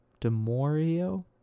DeMario